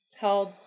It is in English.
held